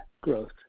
growth